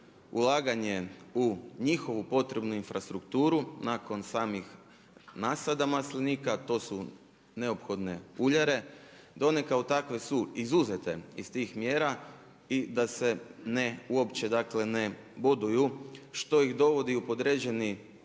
ulaganje u njihovu potrebnu infrastrukturu nakon samih nasada maslinika, to su neophodne uljare, da one kao takve su izuzete iz tih mjera i da se ne, uopće ne boduju što ih dovodi u podređeni